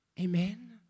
Amen